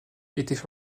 étaient